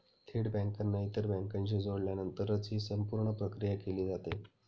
थेट बँकांना इतर बँकांशी जोडल्यानंतरच ही संपूर्ण प्रक्रिया केली जाते